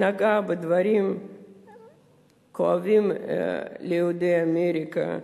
נגע בדברים כואבים ליהודי אמריקה.